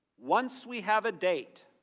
once we have a date,